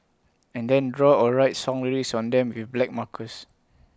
and then draw or write song lyrics on them with black markers